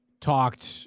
talked